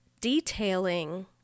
detailing